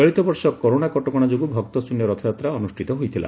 ଚଳିତ ବର୍ଷ କରୋନା କଟକଶା ଯୋଗୁଁ ଭକ୍ତଶ୍ରନ୍ୟ ରଥଯାତ୍ରା ଅନୁଷ୍ଠିତ ହୋଇଥିଲା